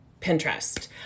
Pinterest